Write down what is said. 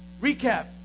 Recap